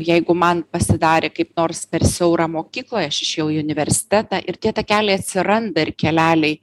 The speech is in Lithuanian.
jeigu man pasidarė kaip nors per siaura mokykloje aš išėjau į universitetą ir tie takeliai atsiranda ir keleliai